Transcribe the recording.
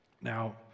Now